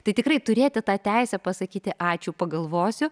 tai tikrai turėti tą teisę pasakyti ačiū pagalvosiu